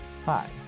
Hi